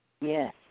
Yes